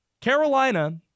Carolina